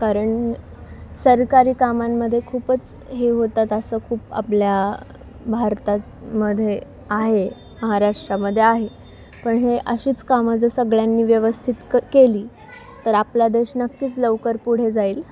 कारण सरकारी कामांमध्येे खूपच हे होतात असं खूप आपल्या भारता मध्ये आहे महाराष्ट्रामध्ये आहे पण हे अशीच कामं जर सगळ्यांनी व्यवस्थित क केली तर आपला देश नक्कीच लवकर पुढे जाईल